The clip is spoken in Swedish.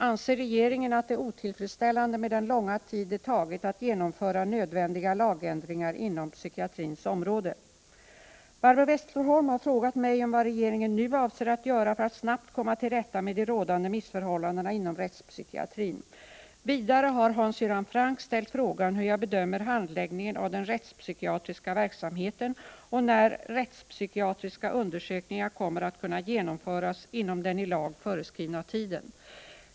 Anser regeringen att det är otillfredsställande med den långa tid det tagit att genomföra nödvändiga lagändringar inom psykiatrins område? Barbro Westerholm har frågat mig om vad regeringen nu avser att göra för att snabbt komma till rätta med de rådande missförhållandena inom rättspsykiatrin. Vidare har Hans Göran Franck ställt frågan hur jag bedömer handläggningen av den rättspsykiatriska verksamheten och när rättspsykiatriska undersökningar kommer att kunna genomföras inom den i lag föreskrivna tiden.